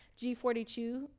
G42